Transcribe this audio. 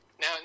now